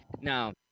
Now